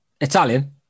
Italian